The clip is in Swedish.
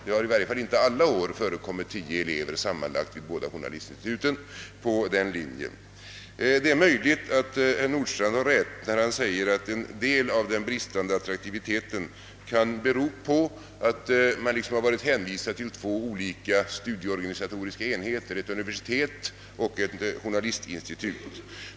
Det har i varje fall inte alla år funnits tio elever sammanlagt vid båda journalistinstituten på den linjen. Det är möjligt att herr Nordstrandh har rätt när han säger att den bristande attraktiviteten kan bero på att man har varit hänvisad till två olika studieorganisatoriska enheter, ett universitet och ett journalistinstitut.